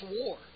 war